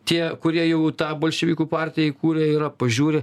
tie kurie jau tą bolševikų partiją įkūrę yra pažiūri